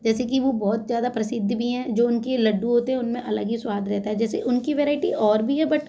जैसे कि वो बहुत ज़्यादा प्रसिद्ध भी हैं जो उनकी लड्डू होते हैं उनमें अलग ही स्वाद रहता है जैसे उनकी वैराइटी और भी है बट